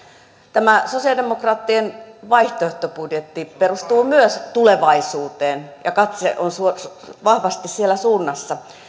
tämä sosialidemokraattien vaihtoehtobudjetti perustuu myös tulevaisuuteen ja katse on vahvasti siinä suunnassa